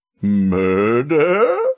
murder